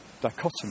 dichotomy